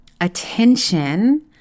attention